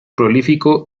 prolífico